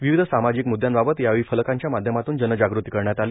विविध सामाजिक मुद्यांबाबत यावेळी फलकांच्या माध्यमातून जनजागृती करण्यात आली